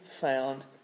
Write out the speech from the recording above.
found